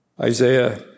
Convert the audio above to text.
Isaiah